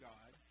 God